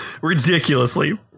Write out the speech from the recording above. ridiculously